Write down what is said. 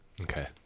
Okay